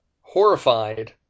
horrified